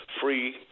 free